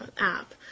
app